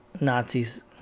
nazis